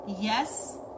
Yes